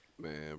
Man